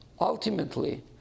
Ultimately